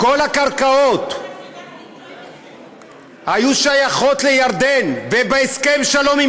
אם כל הקרקעות היו שייכות לירדן ובהסכם שלום עם